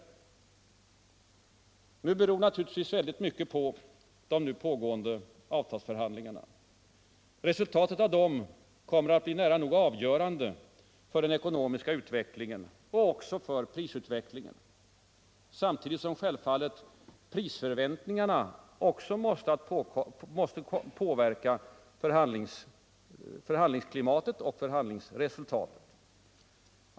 Väldigt mycket beror naturligtvis på de nu pågående avtalsförhandlingarna. Resultatet av dem kommer att bli nära nog avgörande för den ekonomiska utvecklingen och också för prisutvecklingen samtidigt som självfallet prisförbättringarna också måste påverka förhandlingsklimatet och förhandlingsresultatet.